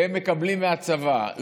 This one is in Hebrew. והם מקבלים מהצבא,